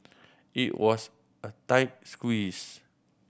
it was a tight squeeze